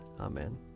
Amen